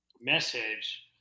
message